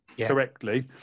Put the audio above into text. correctly